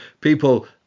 people